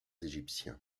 égyptiens